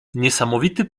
niesamowity